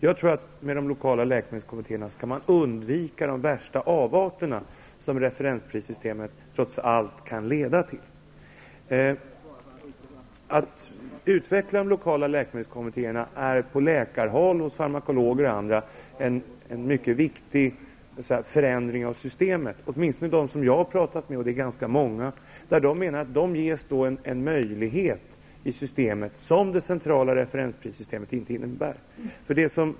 Jag tror att med de lokala läkemedelskommittéerna kan vi undvika de värsta avarterna som referensprissystemet trots allt kan leda till. Att utveckla de lokala läkemedelskommittéerna är en mycket viktig förändring av systemet på läkarhåll och hos farmakologer och andra. Jag har pratat med ganska många och de menar att det då ges en möjlighet som det centrala referensprissystemet inte medger.